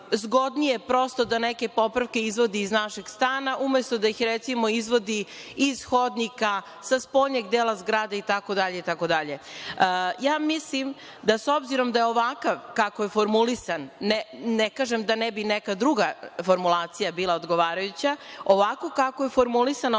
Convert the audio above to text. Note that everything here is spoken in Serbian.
zgodnije prosto da neke popravke izvodi iz našeg stana, umesto da ih izvodi iz hodnika, sa spoljnjeg dela zgrade itd. Mislim da s obzirom da ovako kako je formulisan, ne kažem da ne bi neka druga formulacija bila odgovarajuća, ovako kako je formulisan